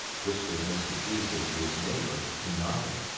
whispered mr. peaslee to his neighbor, who nodded.